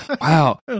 Wow